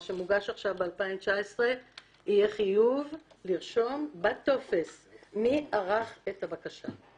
מה שמוגש עכשיו ב-2019 יהיה חיוב לרשום בטופס מי ערך את הבקשה.